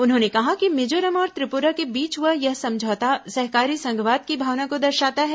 उन्होंने कहा कि मिजोरम और त्रिपुरा के बीच हुआ यह समझौता सहकारी संघवाद की भावना को दर्शाता है